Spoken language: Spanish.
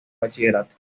bachillerato